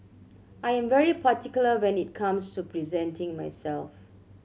I am very particular when it comes to presenting myself